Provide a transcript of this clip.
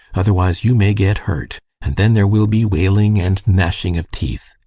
otherwise you may get hurt, and then there will be wailing and gnashing of teeth.